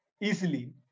easily